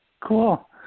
Cool